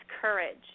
courage